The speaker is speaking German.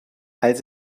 als